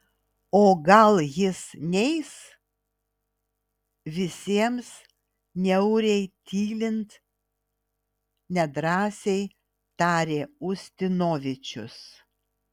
o gal jis neis visiems niauriai tylint nedrąsiai tarė ustinovičius